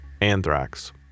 anthrax